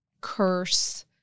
curse